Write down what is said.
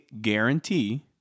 guarantee